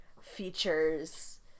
features